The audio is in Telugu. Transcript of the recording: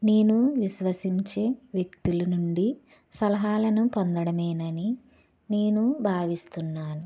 నేను విశ్వసించే వ్యక్తుల నుండి సలహాలను పొందడమేనని నేను భావిస్తున్నాను